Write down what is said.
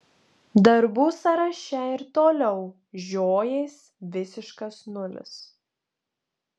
darbų sąraše ir toliau žiojės visiškas nulis